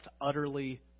utterly